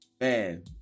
man